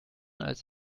als